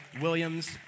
Williams